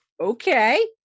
okay